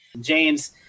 James